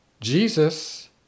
Jesus